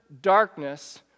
darkness